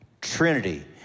trinity